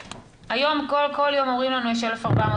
היום כל יום אומרים לנו שיש 1,400,